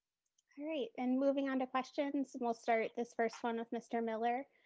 great, and moving on to questions. we'll start this first one with mr. miller.